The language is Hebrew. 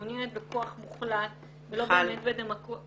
היא מעוניינת בכוח מוחלט ולא בדמוקרטיה.